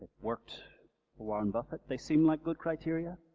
worked for warren buffett. they seem like good criteria?